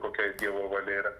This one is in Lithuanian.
kokia dievo valia yra